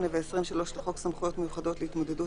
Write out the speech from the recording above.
8 ו-23 לחוק סמכויות מיוחדות להתמודדות